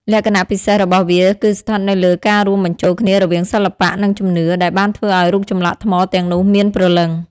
លក្ខណៈពិសេសរបស់វាគឺស្ថិតនៅលើការរួមបញ្ចូលគ្នារវាងសិល្បៈ និងជំនឿ ដែលបានធ្វើឲ្យរូបចម្លាក់ថ្មទាំងនោះមានព្រលឹង។